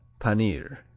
paneer